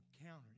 encounter